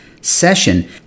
session